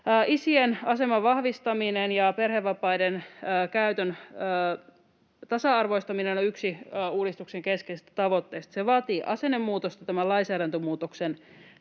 Isien aseman vahvistaminen ja perhevapaiden käytön tasa-arvoistaminen on yksi uudistuksen keskeisistä tavoitteista. Se vaatii asennemuutosta tämän lainsäädäntömuutoksen